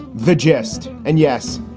the gist. and yes,